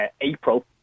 April